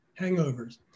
hangovers